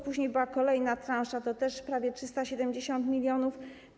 Później była kolejna transza, też prawie 370 mln.